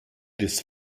this